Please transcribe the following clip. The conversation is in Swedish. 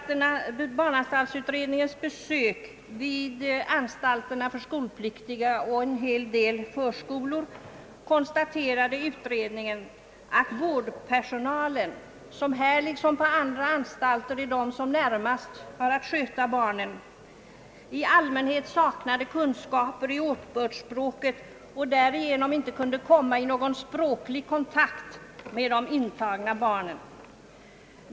Vid barnanstaltsutredningens besök vid anstalterna för skolpliktiga och vid en hel del förskolor konstaterade utredningen att vårdpersonalen, som här liksom vid andra anstalter närmast har att sköta barnen, i allmänhet saknade kunskaper i åtbördsspråket och därigenom inte kunde komma i någon språklig kontakt med de intagna barnen.